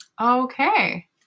Okay